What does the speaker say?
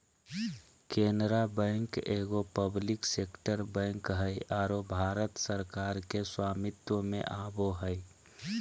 Canara bank एगो public sector bank हइ आरो भारत सरकार के स्वामित्व में आवो हइ